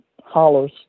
hollows